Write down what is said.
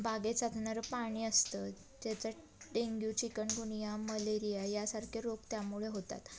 बागेत वाहणारं पाणी असतं त्याचं डेंग्यू चिकनगुनिया मलेरिया यासारखे रोग त्यामुळे होतात